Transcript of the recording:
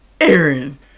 Aaron